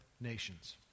nations